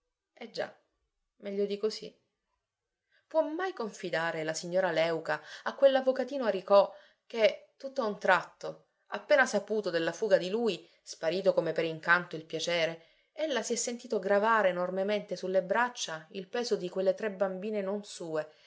eh già meglio di così può mai confidare la signora léuca a quell'avvocatino aricò che tutt'a un tratto appena saputo della fuga di lui sparito come per incanto il piacere ella si è sentito gravare enormemente sulle braccia il peso di quelle tre bambine non sue